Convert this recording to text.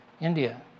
India